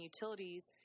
utilities